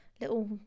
little